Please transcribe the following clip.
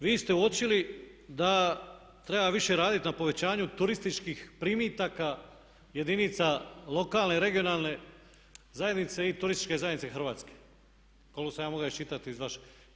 Vi ste uočili da treba više raditi na povećanju turističkih primitaka jedinica lokalne i regionalne zajednice i Turističke zajednice Hrvatske, koliko sam ja mogao iščitati iz vašeg.